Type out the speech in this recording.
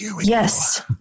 Yes